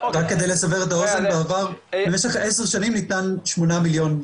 רק כדי לסבר את האוזן בעבר במשך 10 שנים ניתן 8 מיליון,